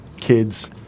kids